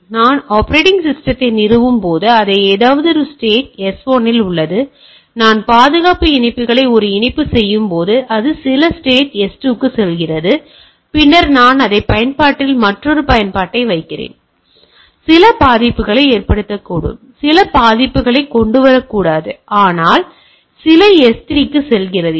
எனவே நான் ஆப்பரேட்டிங் சிஸ்டத்தை நிறுவும் போது அது ஏதோ ஒரு ஸ்டேட் S1 இல் உள்ளது நான் பாதுகாப்பு இணைப்புகளை ஒரு இணைப்பு செய்யும் போது அது சில ஸ்டேட் S2 க்கு செல்கிறது பின்னர் நான் அதே பயன்பாட்டில் மற்றொரு பயன்பாட்டை வைக்கிறேன் எனவே இது சில பாதிப்புகளை ஏற்படுத்தக்கூடும் சில பாதிப்புகளைக் கொண்டுவரக்கூடாது ஆனால் சில S3 க்கு செல்கிறது